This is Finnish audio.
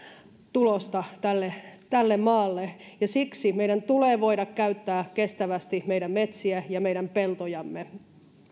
tulosta tälle tälle maalle siksi meidän tulee voida käyttää kestävästi meidän metsiämme ja meidän peltojamme